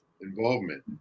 involvement